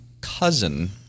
cousin